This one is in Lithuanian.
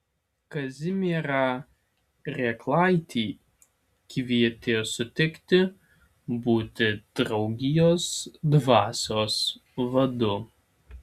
kazimierą rėklaitį kvietė sutikti būti draugijos dvasios vadu